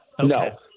No